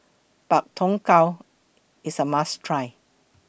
Pak Thong Ko IS A must Try